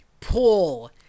pull